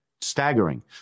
Staggering